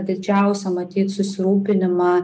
didžiausią matyt susirūpinimą